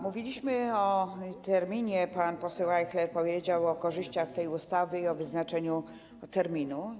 Mówiliśmy o terminie - pan poseł Ajchler powiedział o korzyściach płynących z tej ustawy i wyznaczeniu terminu.